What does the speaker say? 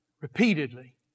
Repeatedly